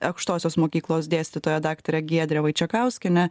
aukštosios mokyklos dėstytoja daktare giedre vaičekauskiene